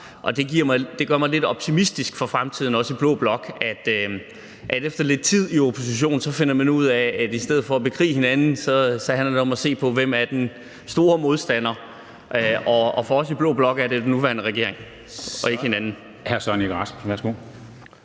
Det gør mig lidt optimistisk for fremtiden, også i blå blok, altså at man efter lidt tid i opposition finder ud af, at i stedet for at bekrige hinanden handler det om at se på, hvem den store modstander er. For os i blå blok er det den nuværende regering og ikke hinanden.